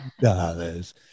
dollars